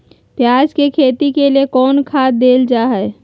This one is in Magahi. प्याज के खेती के लिए कौन खाद देल जा हाय?